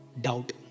Doubt